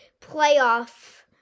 playoff